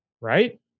Right